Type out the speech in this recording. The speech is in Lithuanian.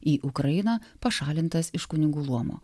į ukrainą pašalintas iš kunigų luomo